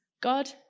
God